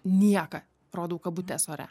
nieką rodau kabutes ore